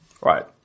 Right